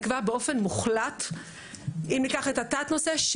נקבע באופן מוחלט אם ניקח את התת נושא,